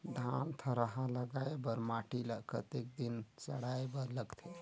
धान थरहा लगाय बर माटी ल कतेक दिन सड़ाय बर लगथे?